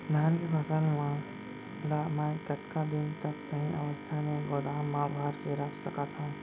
धान के फसल ला मै कतका दिन तक सही अवस्था में गोदाम मा भर के रख सकत हव?